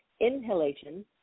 Inhalation